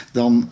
dan